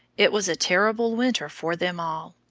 it was a terrible winter for them all.